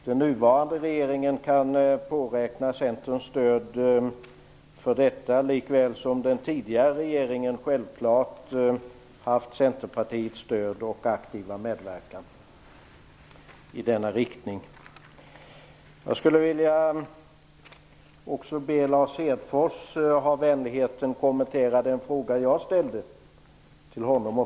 Den nuvarande regeringen kan påräkna Centerns stöd för detta, lika väl som den tidigare regeringen självklart mött Centerpartiets stöd och aktiva medverkan i nämnda riktning. Jag skulle vilja be Lars Hedfors att vara vänlig och kommentera min fråga till honom.